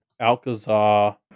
Alcazar